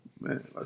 man